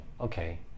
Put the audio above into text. Okay